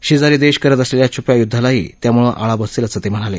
शेजारी देश करत असलेल्या छुप्या युद्धालाही त्यामुळे आळा बसेल असं ते म्हणाले